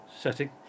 setting